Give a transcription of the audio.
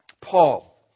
Paul